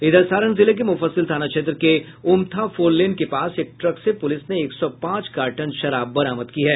इधर सारण जिले के मुफस्सिल थाना क्षेत्र के उमथा फोर लेन के पास एक ट्रक से पुलिस ने एक सौ पांच कार्टन शराब बरामद की है